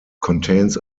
contains